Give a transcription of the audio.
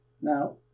Now